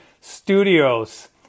studios